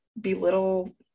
belittle